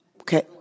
Okay